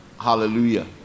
Hallelujah